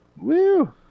woo